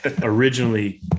originally